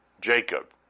Jacob